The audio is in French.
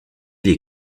les